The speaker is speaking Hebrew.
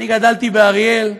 אני גדלתי באריאל,